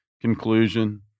conclusion